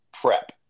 prep